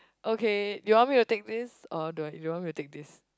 okay you want me to take this or no you don't want me to take this